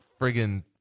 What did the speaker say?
friggin